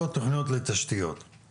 לא תוכניות לתשתיות.